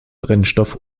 brennstoff